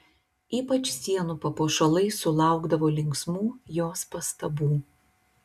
ypač sienų papuošalai sulaukdavo linksmų jos pastabų